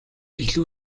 илүү